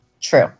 true